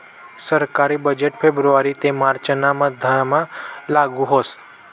सरकारी बजेट फेब्रुवारी ते मार्च ना मधमा लागू व्हस